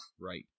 Right